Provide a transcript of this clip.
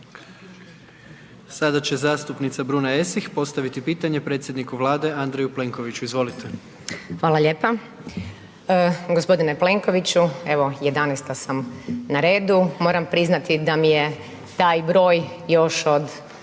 Sada će zastupnica Bruna Esih postaviti pitanje predsjedniku Vlade Andreju Plenkoviću, izvolite. **Esih, Bruna (Neovisni za Hrvatsku)** Hvala lijepa, gospodine Plenkoviću evo 11-sta sam na redu moram priznati da mi je taj broj još od